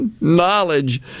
knowledge